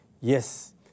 Yes